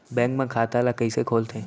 Bank म खाता ल कइसे खोलथे?